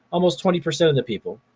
almost twenty percent of the people.